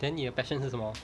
then 你 your passion 是什么